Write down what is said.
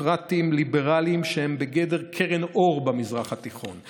דמוקרטיים-ליברליים שהיא בגדר קרן אור במזרח תיכון.